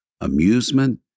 amusement